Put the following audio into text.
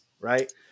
right